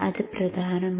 അത് പ്രധാനമാണ്